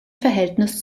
verhältnis